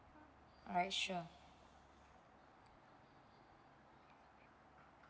alright sure